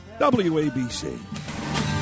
WABC